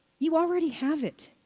you already have it.